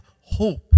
hope